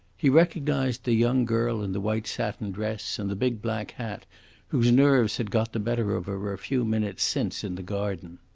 he recognised the young girl in the white satin dress and the big black hat whose nerves had got the better of her a few minutes since in the garden.